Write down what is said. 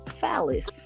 phallus